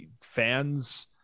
fans